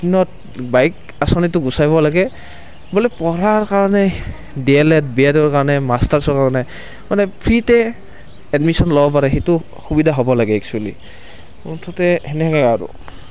দিনত বাইক আঁচনিটো গুচাব লাগে বুলি পঢ়াৰ কাৰণে D L Ed B Ed মাষ্টাৰ্ছৰ কাৰণে মানে ফ্ৰিতে এডমিশ্যন ল'ব পাৰে সেইটো সুবিধা হ'ব লাগে একচুয়েলি মুঠতে সেনেকে আৰু